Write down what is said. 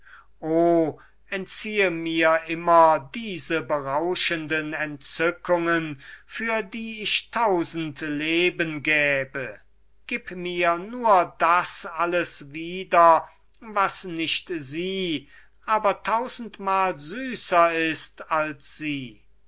entziehe mir immer diese berauschenden entzückungen für die ich tausend leben gäbe gib mir nur das alles wieder was nicht sie aber tausendmal süßer ist als sie